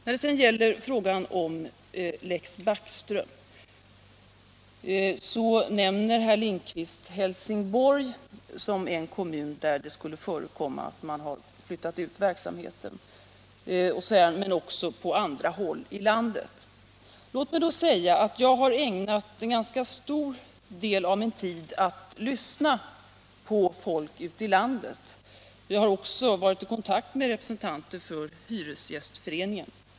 Vad sedan beträffar Lex Backström nämner herr Lindkvist att det skulle förekomma att man flyttat ut verksamhet som utgör brott mot den till bl.a. Helsingborg, men verksamheten skulle förekomma också på andra håll i landet. Jag har ägnat en ganska stor del av min tid till att lyssna på folk ute i landet. Jag har också varit i kontakt med representanter för hyresgästerna.